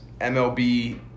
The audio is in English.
MLB